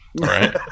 Right